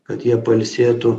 kad jie pailsėtų